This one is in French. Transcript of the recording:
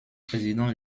président